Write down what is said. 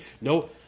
no